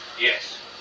yes